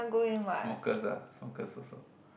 smokers ah smokers also